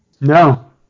No